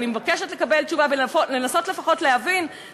אני מבקשת לקבל תשובה ולנסות להבין,